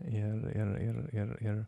ir ir ir ir ir